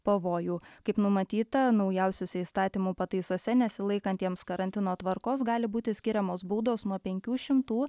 pavojų kaip numatyta naujausiose įstatymų pataisose nesilaikantiems karantino tvarkos gali būti skiriamos baudos nuo penkių šimtų